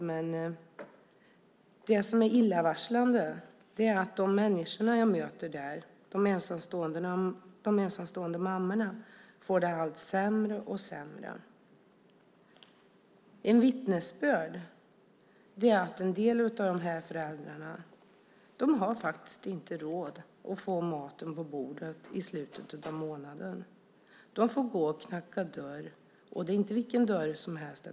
Men illavarslande är att de människor - ensamstående mammor - jag möter där får det sämre och sämre. Enligt vittnesbörd har en del av de här föräldrarna inte råd att få mat på bordet i slutet av månaden. De får knacka dörr, och då inte vilken dörr som helst.